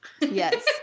Yes